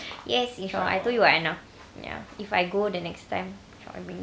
yes if I I told you [what] a~ ya if I go the next time shall I bring you